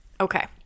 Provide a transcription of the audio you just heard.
Okay